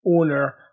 owner